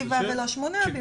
שבעה ולא שמונה.